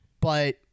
But-